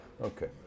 Okay